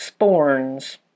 Sporns